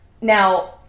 now